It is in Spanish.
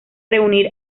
reunir